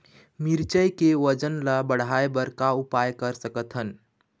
मिरचई के वजन ला बढ़ाएं बर का उपाय कर सकथन?